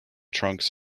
trunks